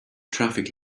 traffic